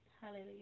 Hallelujah